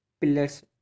pillars